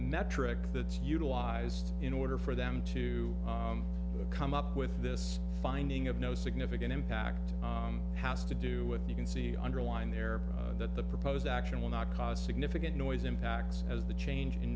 metric that utilized in order for them to come up with this finding of no significant impact has to do with you can see underlined there that the proposed action will not cause significant noise impacts as the change in